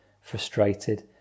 frustrated